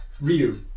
Ryu